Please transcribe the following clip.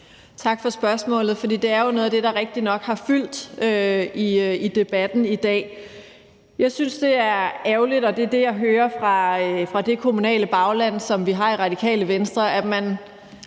Tak for spørgsmålet, for det er jo noget af det, der rigtignok har fyldt i debatten i dag. Jeg synes, det er ærgerligt, og det, jeg hører fra det kommunale bagland, som vi har i Radikale Venstre, er, at man